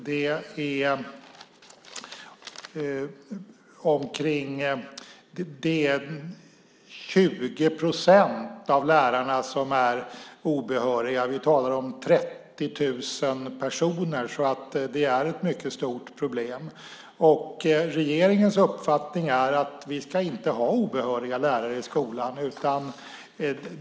Det är omkring 20 procent av lärarna som är obehöriga. Vi talar om 30 000 personer. Det är ett mycket stort problem. Regeringens uppfattning är att vi inte ska ha obehöriga lärare i skolan.